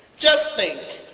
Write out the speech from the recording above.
just think,